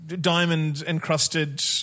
diamond-encrusted